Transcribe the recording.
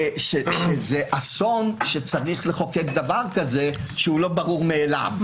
זה אסון שצריך לחוקק דבר כזה, שהוא לא ברור מאליו.